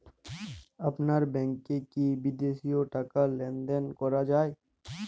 আপনার ব্যাংকে কী বিদেশিও টাকা লেনদেন করা যায়?